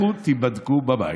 לכו, תיבדקו בבית.